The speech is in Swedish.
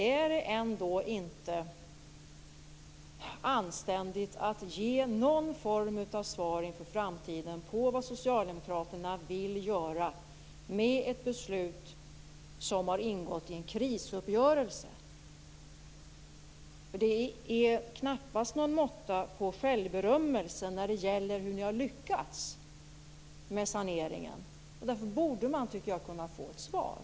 Är det ändå inte anständigt att ge någon form av svar inför framtiden på frågan vad socialdemokraterna vill göra med ett beslut som har ingått i en krisuppgörelse? Det är knappast någon måtta på självberömmelsen när det gäller hur ni har lyckats med saneringen. Därför borde man, tycker jag, kunna få ett svar.